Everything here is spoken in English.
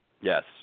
Yes